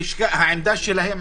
העמדה שלהם,